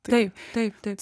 taip taip taip